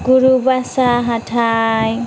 गुरुबासा हाथाइ